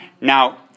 Now